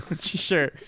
Sure